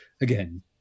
again